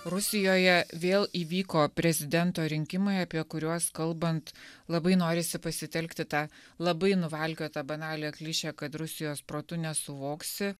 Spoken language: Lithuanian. rusijoje vėl įvyko prezidento rinkimai apie kuriuos kalbant labai norisi pasitelkti tą labai nuvalkiotą banalią klišę kad rusijos protu nesuvoksi